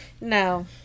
No